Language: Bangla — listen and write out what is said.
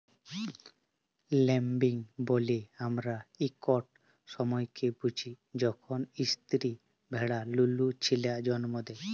ল্যাম্বিং ব্যলে আমরা ইকট সময়কে বুঝি যখল ইস্তিরি ভেড়া লুলু ছিলা জল্ম দেয়